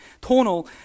tonal